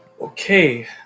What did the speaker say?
Okay